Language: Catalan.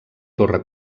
torre